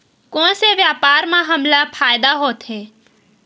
कोन से व्यापार म हमला फ़ायदा होथे?